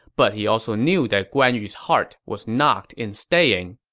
but he also knew that guan yu's heart was not in staying.